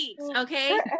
Okay